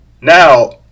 now